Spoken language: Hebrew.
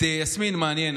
את יסמין מעניין,